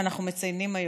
שאנחנו מציינים,